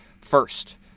first